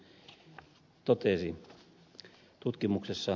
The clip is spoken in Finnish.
kiljunen totesi